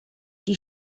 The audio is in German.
die